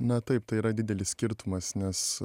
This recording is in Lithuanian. na taip tai yra didelis skirtumas nes